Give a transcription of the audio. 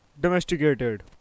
domesticated